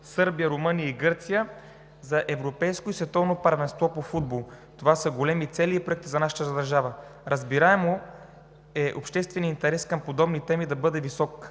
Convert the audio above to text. Сърбия, Румъния и Гърция, за европейското и световното първенство по футбол. Това са големите цели и проекти за нашата държава. Разбираемо е общественият интерес към подобни теми да бъде висок.